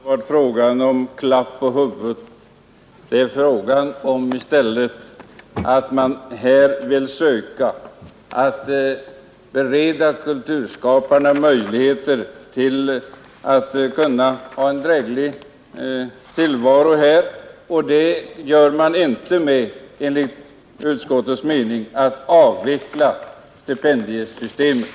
Herr talman! Det har inte varit fråga om någon klapp på huvudet. Vad det här gäller är att man vill försöka bereda kulturskaparna möjligheter till en dräglig tillvaro. Det åstadkommer man enligt utskottets mening inte genom att avveckla stipendiesystemet.